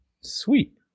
Sweet